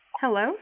Hello